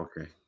Okay